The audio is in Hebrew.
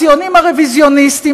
הציונים הרוויזיוניסטים,